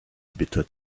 bitter